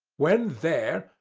when there,